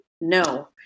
no